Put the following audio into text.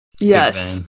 Yes